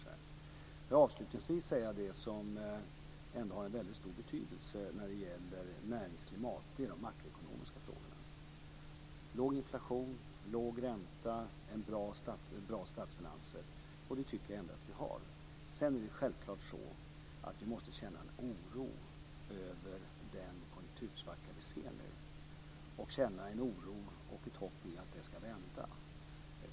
Jag vill avslutningsvis säga att det som ändå har en väldigt stor betydelse när det gäller näringsklimatet är de makroekonomiska frågorna - låg inflation, låg ränta, bra statsfinanser. Det tycker jag ändå att vi har. Sedan är det självklart så att vi måste känna oro över den konjunktursvacka som vi nu ser och hoppas att det ska vända.